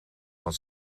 van